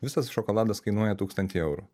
visas šokoladas kainuoja tūkstantį eurų